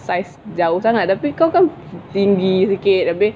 size jauh sangat tapi kau kan tinggi sikit